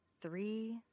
three